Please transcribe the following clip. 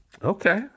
Okay